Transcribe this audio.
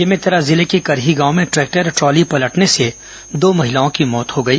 बेमेतरा जिले के करही गांव में ट्रैक्टर ट्रॉली पलटने से दो महिलाओं की मौत हो गई